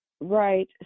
Right